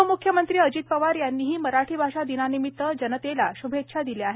उपम्ख्यमंत्री अजित पवार यांनीही मराठी भाषा दिनानिमित जनतेला श्भेच्छा दिल्या आहेत